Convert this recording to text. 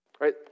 Right